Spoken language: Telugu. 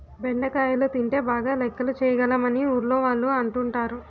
బెండకాయలు తింటే బాగా లెక్కలు చేయగలం అని ఊర్లోవాళ్ళు అంటుంటారు